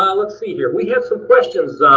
um let's see here. we had some questions,